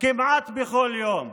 כמעט בכל יום.